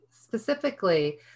specifically